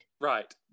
right